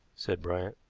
said bryant.